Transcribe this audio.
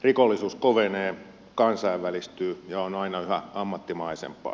rikollisuus kovenee kansainvälistyy ja on aina yhä ammattimaisempaa